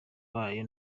bayo